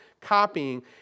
copying